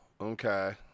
Okay